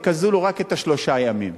יקזזו לו רק את שלושת הימים,